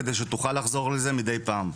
כדי שתוכל לחזור לזה מדי פעם.